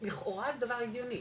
לכאורה, זה דבר הגיוני,